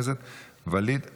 של ואליד אלהואשלה.